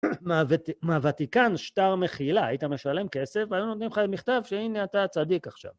מהוותיקן שטר מחילה, היית משלם כסף, והיו נותנים לך מכתב שהנה אתה צדיק עכשיו.